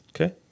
Okay